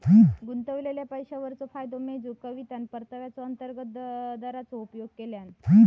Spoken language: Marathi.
गुंतवलेल्या पैशावरचो फायदो मेजूक कवितान परताव्याचा अंतर्गत दराचो उपयोग केल्यान